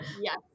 Yes